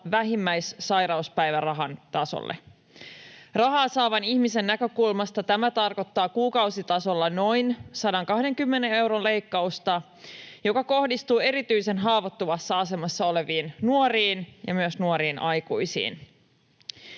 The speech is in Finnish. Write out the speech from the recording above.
vähimmäissairauspäivärahan tasolle. Rahaa saavan ihmisen näkökulmasta tämä tarkoittaa kuukausitasolla noin 120 euron leikkausta, joka kohdistuu erityisen haavoittuvassa asemassa oleviin nuoriin ja myös nuoriin aikuisiin.